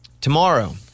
Tomorrow